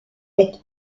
est